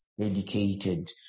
dedicated